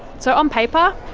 so on paper,